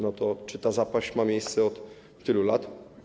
No to czy ta zapaść ma miejsce od tylu lat?